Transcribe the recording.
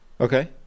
Okay